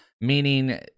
meaning